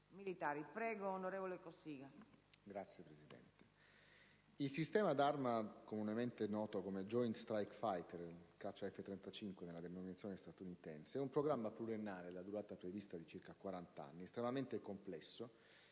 Il sistema d'arma comunemente noto come *Joint Strike Fighter* (caccia F35, nella denominazione statunitense) è un programma pluriennale - la cui durata prevista è di circa quarant'anni - estremamente complesso